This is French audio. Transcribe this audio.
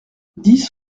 dix